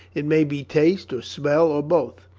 it may be taste or smell, or both.